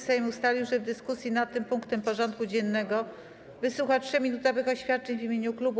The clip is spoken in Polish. Sejm ustalił, że w dyskusji nad tym punktem porządku dziennego wysłucha 3-minutowych oświadczeń w imieniu klubów i kół.